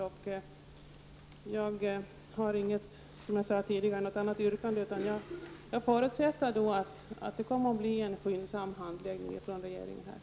Som jag tidigare sade har jag inte något yrkande utan förutsätter att det kommer att bli en skyndsam handläggning från regeringens sida.